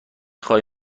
خوای